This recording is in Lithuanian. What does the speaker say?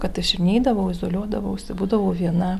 kad aš ir neidavau izoliuodavausi būdavau viena